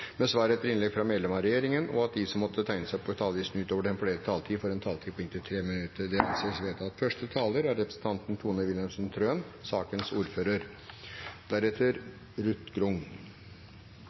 med svar etter innlegg fra medlem av regjeringen innenfor den fordelte taletid, og at de som måtte tegne seg på talerlisten utover den fordelte taletid, får en taletid på inntil 3 minutter. – Det anses vedtatt. Folkehelsepolitikken er